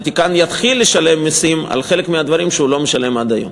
הוותיקן יתחיל לשלם מסים על חלק מהדברים שהוא לא משלם עד היום.